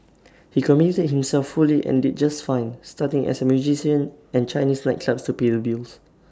he committed himself fully and did just fine starting as A musician and Chinese nightclubs to pay the bills